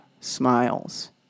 smiles